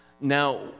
Now